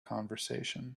conversation